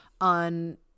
on